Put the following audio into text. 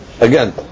Again